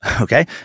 Okay